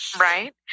Right